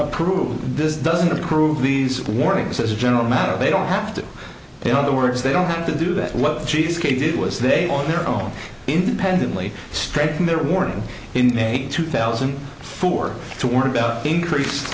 approve this doesn't approve these warnings as a general matter they don't have to be other words they don't have to do that what the cheesecake did was they on their own independently strengthen their warning in a two thousand and four to warn about increased